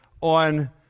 on